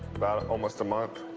about almost a month?